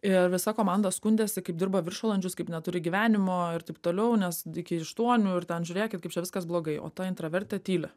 ir visa komanda skundėsi kaip dirba viršvalandžius kaip neturi gyvenimo ir taip toliau nes iki aštuonių ir ten žiūrėkit kaip čia viskas blogai o ta intravertė tyli